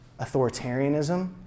authoritarianism